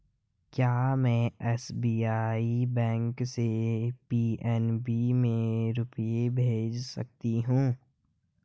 क्या में SBI bank से पी.एन.बी में रुपये भेज सकती हूँ?